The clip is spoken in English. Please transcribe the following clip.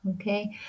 Okay